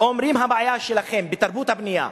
אומרים: הבעיה שלכם בתרבות הבנייה,